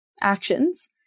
actions